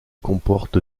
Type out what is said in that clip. comporte